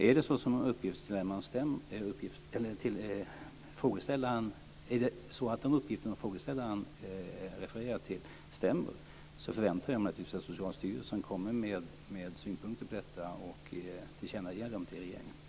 Är det så att de uppgifter som frågeställaren refererar till stämmer förväntar jag mig naturligtvis att Socialstyrelsen kommer med synpunkter på detta och tillkännager regeringen dem.